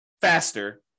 faster